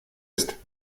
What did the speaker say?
ist